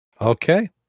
Okay